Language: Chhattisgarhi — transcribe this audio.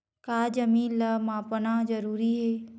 का जमीन ला मापना जरूरी हे?